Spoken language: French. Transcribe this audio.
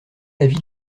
l’avis